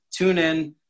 TuneIn